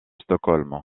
stockholm